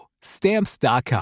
Stamps.com